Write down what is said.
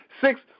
six